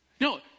No